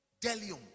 Delium